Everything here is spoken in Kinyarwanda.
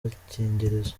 agakingirizo